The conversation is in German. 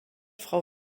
frau